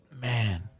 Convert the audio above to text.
Man